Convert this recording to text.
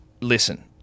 listen